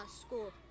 school